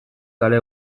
kale